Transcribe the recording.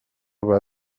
باید